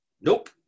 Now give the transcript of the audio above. Nope